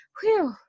Whew